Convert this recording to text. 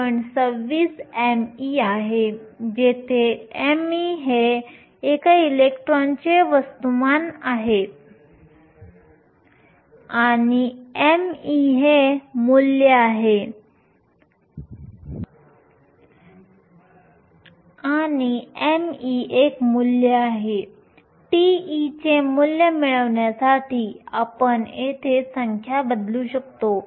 26 me आहे जेथे me हे एका इलेक्ट्रॉनचे वस्तुमान आहे आणि me एक मूल्य आहे τe चे मूल्य मिळवण्यासाठी आम्ही येथे संख्या बदलू शकतो